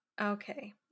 Okay